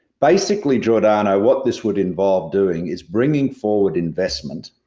basically giordano what this would involve doing is bringing forward investment